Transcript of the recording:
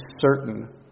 certain